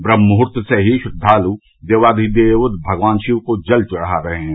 ब्रम्हमुहर्त से ही श्रद्धाल् देवाघिदेव भगवान शिव को जल चढ़ा रहे हैं